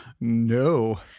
no